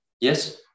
Yes